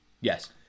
Yes